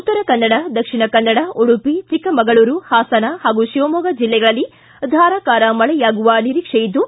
ಉತ್ತರ ಕನ್ನಡ ದಕ್ಷಿಣ ಕನ್ನಡ ಉಡುಪಿ ಚಿಕ್ಕಮಗಳೂರು ಹಾಸನ ಹಾಗೂ ಶಿವಮೊಗ್ಗ ಜಿಲ್ಲೆಗಳಲ್ಲಿ ಧಾರಾಕಾರ ಮಳೆಯಾಗುವ ನಿರೀಕ್ಷೆಯಿದ್ದು